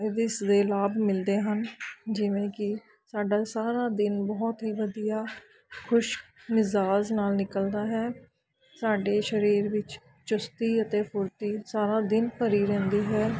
ਇਸ ਦੇ ਲਾਭ ਮਿਲਦੇ ਹਨ ਜਿਵੇਂ ਕਿ ਸਾਡਾ ਸਾਰਾ ਦਿਨ ਬਹੁਤ ਹੀ ਵਧੀਆ ਖੁਸ਼ ਮਿਜ਼ਾਜ ਨਾਲ ਨਿਕਲਦਾ ਹੈ ਸਾਡੇ ਸਰੀਰ ਵਿੱਚ ਚੁਸਤੀ ਅਤੇ ਫੁਰਤੀ ਸਾਰਾ ਦਿਨ ਭਰੀ ਰਹਿੰਦੀ ਹੈ